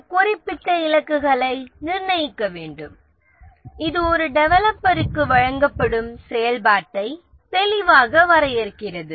அவர் குறிப்பிட்ட இலக்குகளை நிர்ணயிக்க வேண்டும் இது ஒரு டெவலப்பருக்கு வழங்கப்படும் செயல்பாட்டை தெளிவாக வரையறுக்கிறது